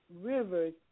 rivers